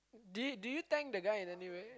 did did you thank the guy in any way